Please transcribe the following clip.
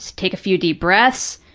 take a few deep breaths,